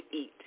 eat